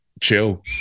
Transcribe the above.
Chill